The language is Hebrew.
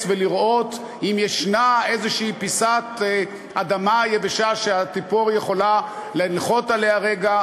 ולראות אם יש איזו פיסת אדמה יבשה שהציפור יכולה לנחות עליה רגע,